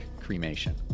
cremation